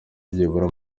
byibura